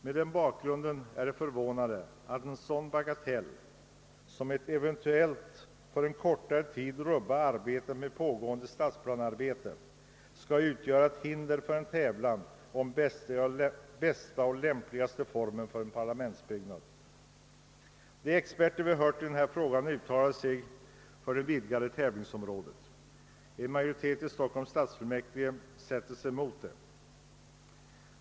Mot den bakgrunden är det förvånande att en sådan bagatell som att eventuellt för en kortare tid rubba arbetet med pågående stadsplanearbete skall utgöra hinder för en tävling om bästa och lämpligaste formen för en parlamentsbyggnad. De experter vi hört i denna fråga uttalar sig för det vidgade tävlingsområdet. En majoritet i Stockholms stadsfullmäktige sätter sig emot detta.